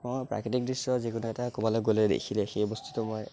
মই প্ৰাকৃতিক দৃশ্য যিকোনো এটা ক'ৰবালৈ গ'লে দেখিলে সেই বস্তুটো মই